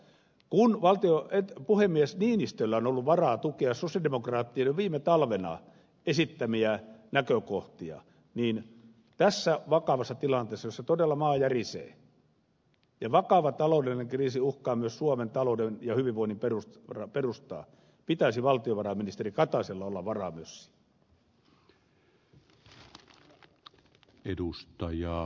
kun puhemies niinistöllä on ollut varaa tukea sosialidemokraattien jo viime talvena esittämiä näkökohtia niin tässä vakavassa tilanteessa jossa todella maa järisee ja vakava taloudellinen kriisi uhkaa myös suomen talouden ja hyvinvoinnin perustaa pitäisi valtiovarainministeri kataisella olla myös varaa siihen